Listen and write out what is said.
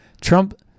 Trump